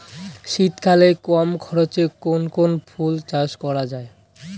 শীতকালে কম খরচে কোন কোন ফুল চাষ করা য়ায়?